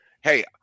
hey